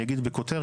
אני אגיד בכותרת,